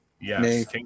Yes